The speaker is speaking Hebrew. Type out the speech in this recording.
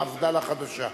מפד"ל החדשה.